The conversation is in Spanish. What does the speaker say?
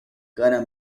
cara